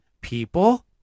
people